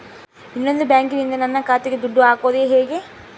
ಇನ್ನೊಂದು ಬ್ಯಾಂಕಿನಿಂದ ನನ್ನ ಖಾತೆಗೆ ದುಡ್ಡು ಹಾಕೋದು ಹೇಗೆ?